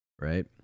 right